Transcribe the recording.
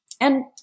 and-